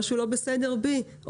משהו לא בסדר בי,